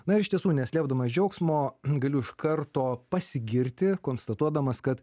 na ir iš tiesų neslėpdamas džiaugsmo galiu iš karto pasigirti konstatuodamas kad